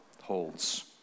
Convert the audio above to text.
holds